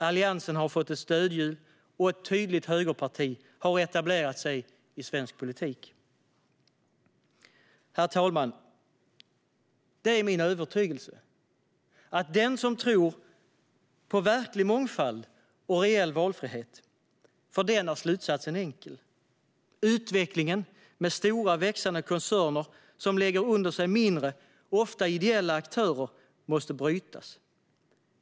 Alliansen har fått ett stödhjul, och ett tydligt högerparti har etablerat sig i svensk politik. Herr talman! Det är min övertygelse att för den som tror på verklig mångfald och reell valfrihet är slutsatsen enkel: Utvecklingen med stora växande koncerner som lägger under sig mindre, ofta ideella aktörer, måste brytas.